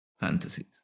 Fantasies